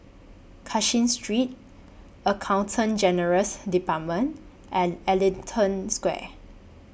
Cashin Street Accountant General's department and Ellington Square